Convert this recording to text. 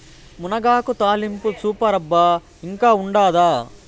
మునగాకు తాలింపు సూపర్ అబ్బా ఇంకా ఉండాదా